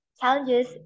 challenges